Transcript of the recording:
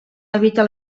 evita